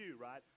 right